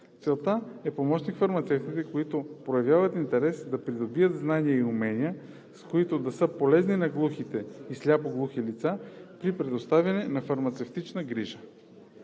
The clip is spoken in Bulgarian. Целта е помощник-фармацевтите, които проявяват интерес, да придобият знания и умения, с които да са полезни на глухи и сляпо-глухи лица при предоставяне на фармацевтична грижа.